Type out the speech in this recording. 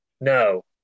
No